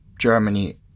Germany